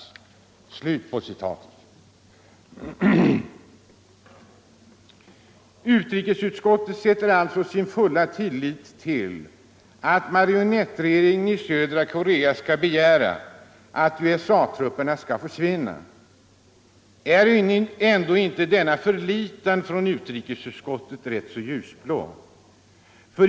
Utrikesutskottet sätter alltså sin fulla tillit till att marionettregeringen i södra Korea skall begära att USA-trupperna skall försvinna. Är ändå inte denna förlitan från utrikesutskottet rätt ljusblå?